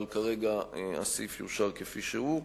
אבל כרגע הסעיף יאושר כפי שהוא.